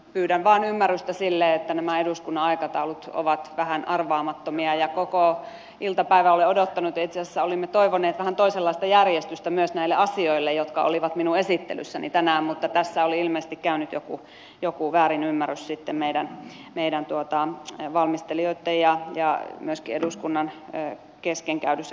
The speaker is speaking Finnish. pyydän vain ymmärrystä sille että nämä eduskunnan aikataulut ovat vähän arvaamattomia ja koko iltapäivän olen odottanut ja itse asiassa olimme toivoneet vähän toisenlaista järjestystä näille asioille jotka olivat minun esittelyssäni tänään mutta tässä oli ilmeisesti käynyt joku väärinymmärrys sitten meidän valmistelijoittemme ja eduskunnan kesken käydyssä keskustelussa